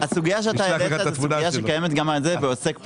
הסוגיה שאתה העלית זו סוגיה שקיימת גם בעוסק פטור.